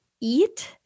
eat